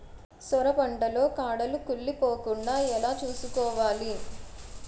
సొర పంట లో కాడలు కుళ్ళి పోకుండా ఎలా చూసుకోవాలి?